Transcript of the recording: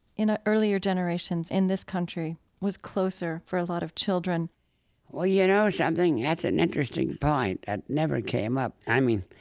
in earlier generations in this country, was closer for a lot of children well, you know something? yeah that's an interesting point. that and never came up. i mean,